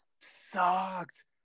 sucked